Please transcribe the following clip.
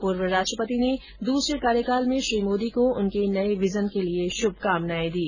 पूर्व राष्ट्रपति ने दूसरे कार्यकाल में श्री मोदी को उनके नये विजन के लिए शुभकामनाए दी